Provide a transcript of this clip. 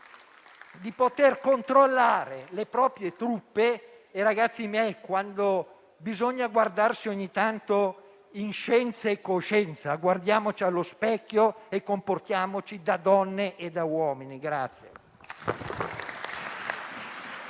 da poter controllare le proprie truppe. Colleghi miei, quando bisogna guardarsi, ogni tanto, in scienza e coscienza, allora guardiamoci allo specchio e comportiamoci da donne e da uomini.